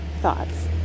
thoughts